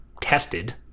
tested